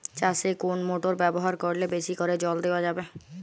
চাষে কোন মোটর ব্যবহার করলে বেশী করে জল দেওয়া যাবে?